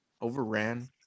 overran